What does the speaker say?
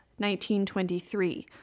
1923